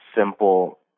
simple